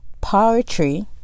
poetry